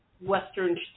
Western